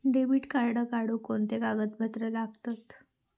Debit card काढुक कोणते कागदपत्र लागतत?